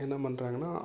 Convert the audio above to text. என்ன பண்ணுறாங்கன்னா